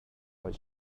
what